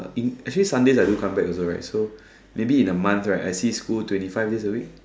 in actually Sundays I do come back also right so maybe in a month right I see school twenty five days a week